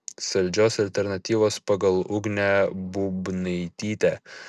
saldžios alternatyvos pagal ugnę būbnaitytę